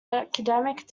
academic